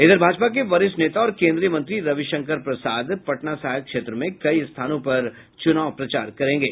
इधर भाजपा के वरिष्ठ नेता और केंद्रीय मंत्री रविशंकर प्रसाद पटना साहिब क्षेत्र में कई स्थानों पर चुनाव प्रचार करेंगे